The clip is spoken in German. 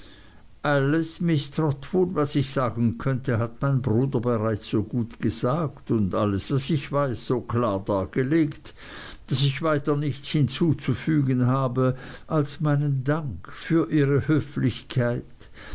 alles miß trotwood was ich sagen könnte hat mein bruder bereits so gut gesagt und alles was ich weiß so klar dargelegt daß ich weiter nichts hinzuzufügen habe als meinen dank für ihre höflichkeit